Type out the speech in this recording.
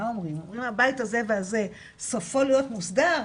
מה אומרים - אומרים הבית הזה והזה סופו להיות מוסדר,